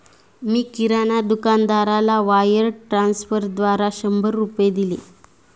मी किराणा दुकानदाराला वायर ट्रान्स्फरद्वारा शंभर रुपये दिले